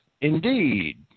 indeed